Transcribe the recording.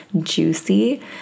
juicy